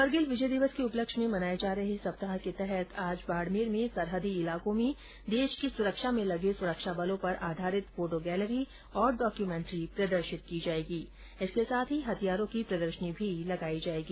कारगिल विजय दिवस के उपलक्ष्य में मनाये जा रहे सप्ताह के तहत आज बाडमेर में सरहदी इलाकों में देश की सुरक्षा में लगे सुरक्षा बलों पर आधारित फोटो गैलेरी और डॉक्यूमेन्ट्री प्रदर्शित की जायेगी इसके साथ ही हथियारों की प्रदर्शनी भी लगायी जायेगी